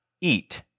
eat